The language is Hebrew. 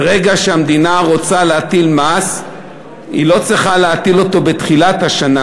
ברגע שהמדינה רוצה להטיל מס היא לא צריכה להטיל אותו בתחילת השנה,